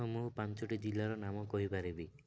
ହଁ ମୁଁ ପାଞ୍ଚଟି ଜିଲ୍ଲାର ନାମ କହିପାରିବି